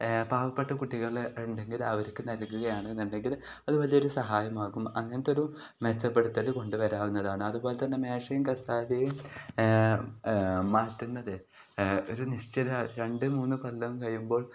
പാവപ്പെട്ട കുട്ടികൾ ഉണ്ടെങ്കിൽ അവർക്ക് നൽകുകയാണെന്നുണ്ടെങ്കിൽ അതുപോലെയൊരു സഹായമാകും അങ്ങനത്തൊരു മെച്ചപ്പെടുത്തൽ കൊണ്ടു വരാവുന്നതാണ് അതു പോലെ തന്നെ മേശയും കസാരയും മാറ്റുന്നത് ഒരു നിശ്ചിത രണ്ടു മൂന്ന് കൊല്ലം കഴിയുമ്പോൾ